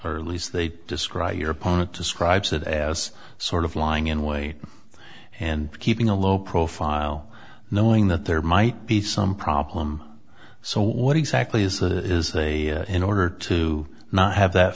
or least they describe your opponent describes it as sort of lying in wait and keeping a low profile knowing that there might be some problem so what exactly is that it is a in order to not have that